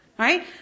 Right